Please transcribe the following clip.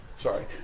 sorry